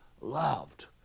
loved